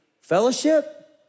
Fellowship